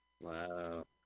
Wow